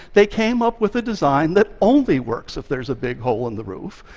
they came up with a design that only works if there's a big hole in the roof.